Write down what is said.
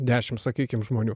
dešim sakykim žmonių